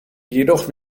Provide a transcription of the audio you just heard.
jedoch